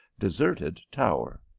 deserted tower.